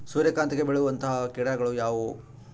ಸೂರ್ಯಕಾಂತಿಗೆ ಬೇಳುವಂತಹ ಕೇಟಗಳು ಯಾವ್ಯಾವು?